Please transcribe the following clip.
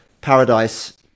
Paradise